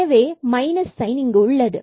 எனவே minus sine உள்ளது